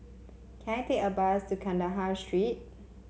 can I take a bus to Kandahar Street